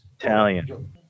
Italian